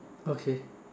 okay